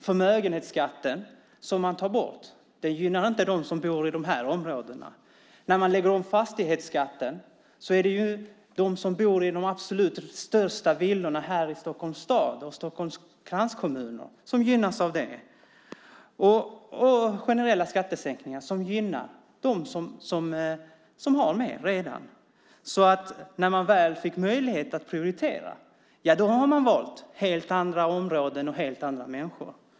Förmögenhetsskatten som tas bort gynnar inte dem som bor i de utsatta områdena. När fastighetsskatten läggs om är det de som bor i de absolut största villorna i Stockholms stad och Stockholms kranskommuner som gynnas av det. Man gör generella skattesänkningar som gynnar dem som redan har mest. När man väl fick möjlighet att prioritera, ja då valde man helt andra områden och helt andra människor.